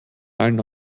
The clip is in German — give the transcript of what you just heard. allen